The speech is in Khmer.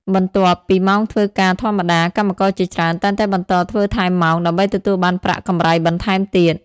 បន្ទាប់ពីម៉ោងធ្វើការធម្មតា កម្មករជាច្រើនតែងតែបន្តធ្វើថែមម៉ោង ដើម្បីទទួលបានប្រាក់កម្រៃបន្ថែមទៀត។